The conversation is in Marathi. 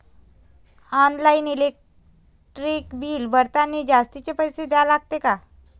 ऑनलाईन इलेक्ट्रिक बिल भरतानी जास्तचे पैसे द्या लागते का?